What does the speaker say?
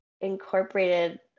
incorporated